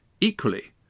Equally